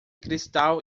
cristal